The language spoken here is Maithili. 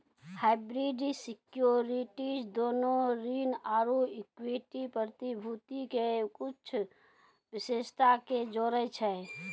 हाइब्रिड सिक्योरिटीज दोनो ऋण आरु इक्विटी प्रतिभूति के कुछो विशेषता के जोड़ै छै